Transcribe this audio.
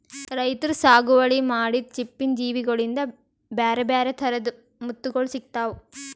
ರೈತರ್ ಸಾಗುವಳಿ ಮಾಡಿದ್ದ್ ಚಿಪ್ಪಿನ್ ಜೀವಿಗೋಳಿಂದ ಬ್ಯಾರೆ ಬ್ಯಾರೆ ಥರದ್ ಮುತ್ತುಗೋಳ್ ಸಿಕ್ತಾವ